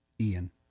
Ian